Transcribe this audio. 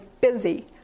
busy